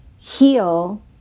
heal